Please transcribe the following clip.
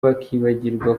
bakibagirwa